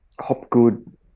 Hopgood